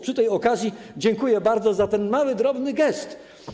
Przy tej okazji dziękuję bardzo za ten mały, drobny gest.